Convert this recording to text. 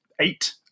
eight